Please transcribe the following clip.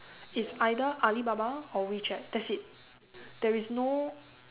it's either Alibaba or WeChat that's it there is no